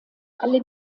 alle